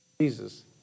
Jesus